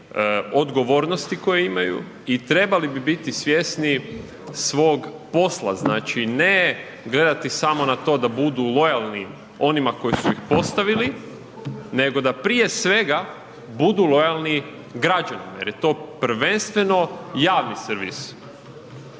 odgovornosti koje imaju i trebali bi biti svjesni svog posla, znači ne gledati samo na to da budu lojalni onima koji su ih postavili nego da prije svega budu lojalni građanima jer to prvenstvo javni servis.